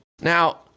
Now